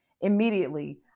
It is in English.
immediately